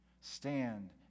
stand